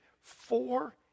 four